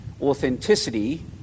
authenticity